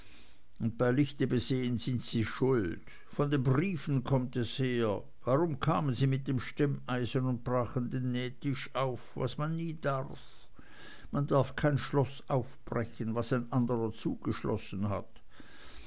und bei licht besehen sind sie schuld von den briefen kommt es her warum kamen sie mit dem stemmeisen und brachen den nähtisch auf was man nie darf man darf kein schloß aufbrechen was ein anderer zugeschlossen hat